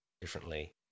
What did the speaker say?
differently